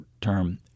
term